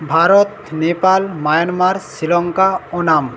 Bharat Nepal Myanmar Sri Lanka Oman